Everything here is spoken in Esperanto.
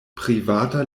privata